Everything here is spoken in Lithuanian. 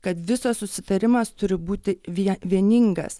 kad visas susitarimas turi būti vie vieningas